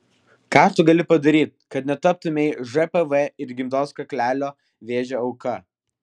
ką tu gali padaryti kad netaptumei žpv ir gimdos kaklelio vėžio auka